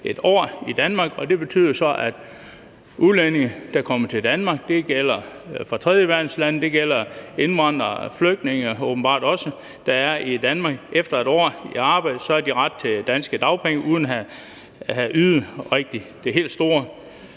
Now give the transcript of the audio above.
1 år i Danmark. Og det betyder så, at udlændinge, der kommer til Danmark – det gælder dem, der kommer fra tredjeverdenslande, og det gælder åbenbart også indvandrere og flygtninge, der er i Danmark – efter 1 år i arbejde har ret til danske dagpenge uden at have ydet det helt store